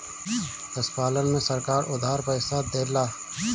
पशुपालन में सरकार उधार पइसा देला?